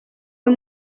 uyu